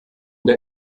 der